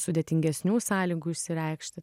sudėtingesnių sąlygų išsireikšti